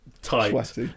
tight